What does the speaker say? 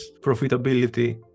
profitability